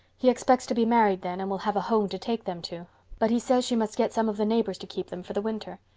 he expects to be married then and will have a home to take them to but he says she must get some of the neighbors to keep them for the winter.